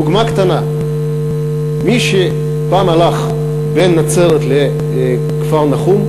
דוגמה קטנה: מי שפעם הלך בין נצרת לכפר-נחום,